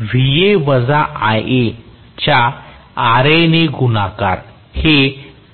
Va वजा Ia च्या Ra ने गुणाकार हे